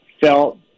felt